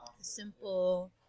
Simple